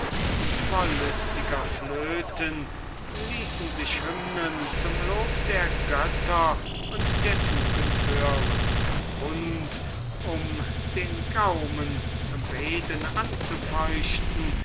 und wollüstiger flöten ließen sich hymnen zum lob der götter und der tugend hören und den gaum zum reden anzufeuchten